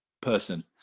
person